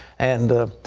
and